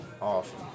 awesome